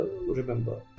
remember